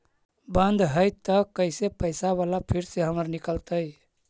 बन्द हैं त कैसे पैसा बाला फिर से हमर निकलतय?